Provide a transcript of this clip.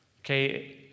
Okay